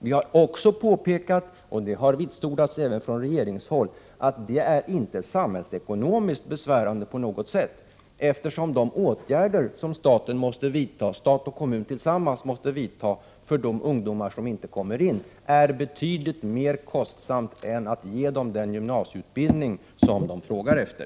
Vi har också påpekat — och det har vitsordats även från regeringshåll — att detta inte är samhällsekonomiskt besvärande på något sätt, eftersom de åtgärder som stat och kommun tillsammans måste vidta för de ungdomar som inte kommer in i gymnasieskolan är betydligt mer kostsamma än det skulle vara att ge dem den gymnasieutbildning som de frågar efter.